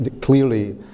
clearly